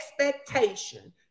expectation